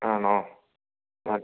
ആണൊ ഓക്കെ